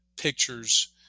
pictures